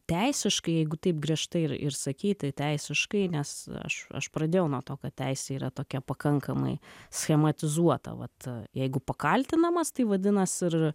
teisiškai jeigu taip griežtai ir ir sakyti teisiškai nes aš aš pradėjau nuo to kad teisė yra tokia pakankamai schematizuota vat jeigu pakaltinamas tai vadinas ir